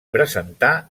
presentà